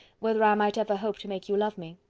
whether i might ever hope to make you love me.